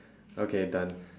okay done